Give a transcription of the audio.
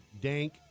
dank